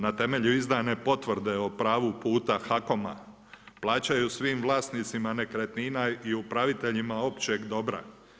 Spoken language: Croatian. Na temelju izdane potvrde o pravu puta HAKOM-a plaćaju svim vlasnicima nekretnina i upraviteljima općeg dobra.